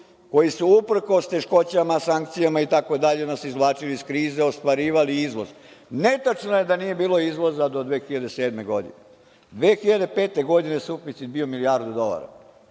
koji su uprkos teškoćama, sankcijama itd. nas izvlačili iz krize, ostvarivali izvoz. Netačno je da nije bilo izvoza do 2007. godine. Godine 2005. suficit je bio milijardu dolara.